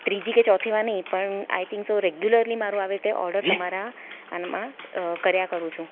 ત્રીજી કે ચોથી વાર નહીં પણ આઈ થિંક સો રેગ્યુલરલી મારું આવી રીતે ઓર્ડર તમારાં આનામાં કર્યા કરું છું